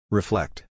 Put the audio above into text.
Reflect